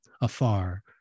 afar